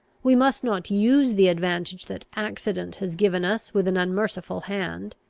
we must not use the advantage that accident has given us with an unmerciful hand.